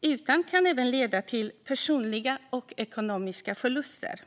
utan även leda till personliga och ekonomiska förluster.